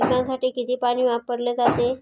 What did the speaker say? पिकांसाठी किती पाणी वापरले जाते?